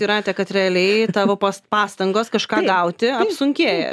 jūrate kad realiai tapo pastangos kažką gauti apsunkėja